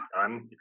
done